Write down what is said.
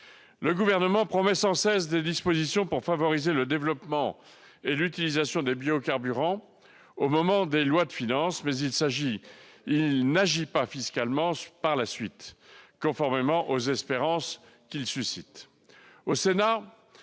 Le Gouvernement promet sans cesse des dispositions pour favoriser le développement et l'utilisation des biocarburants au moment des lois de finances, mais il n'agit pas fiscalement par la suite, mettant à mal les espérances qu'il suscite.